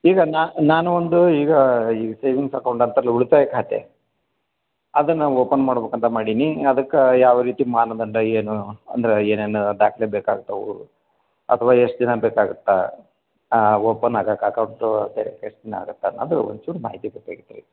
ಈಗ ನಾನು ಒಂದು ಈಗ ಈ ಸೇವಿಂಗ್ಸ್ ಅಕೌಂಟ್ ಅಂತಾರಲ್ಲ ಉಳಿತಾಯ ಖಾತೆ ಅದನ್ನ ಓಪನ್ ಮಾಡ್ಬೇಕು ಅಂತ ಮಾಡೀನಿ ಅದಕ್ಕೆ ಯಾವ ರೀತಿ ಮಾನದಂಡ ಏನು ಅಂದರೆ ಏನೇನು ದಾಖಲೆ ಬೇಕಾಗ್ತವೆ ಅಥವಾ ಎಷ್ಟು ದಿನ ಬೇಕಾಗತ್ತೆ ಓಪನ್ ಆಗಾಕೆ ಅಕೌಂಟು ವೆರಿಫಿಕೇಶನ್ ಆಗತ್ತೆ ಅನ್ನೋದು ಒಂಚೂರು ಮಾಹಿತಿ ಬೇಕಾಗಿತ್ತು ರೀ